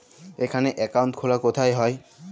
এখানে অ্যাকাউন্ট খোলা কোথায় হয়?